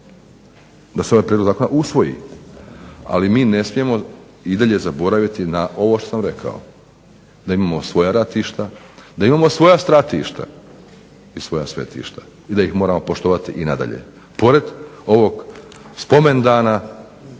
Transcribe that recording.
da se ovaj prijedlog zakona usvoji. Ali mi ne smijemo i dalje zaboraviti na ovo što sam rekao da imamo svoja ratišta, da imamo svoja stratišta i svoja svetišta i da ih moramo poštovati i nadalje